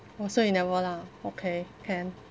oh so you never lah okay can